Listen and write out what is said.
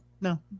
No